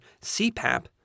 CPAP